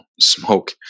smoke